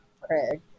Craig